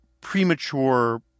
premature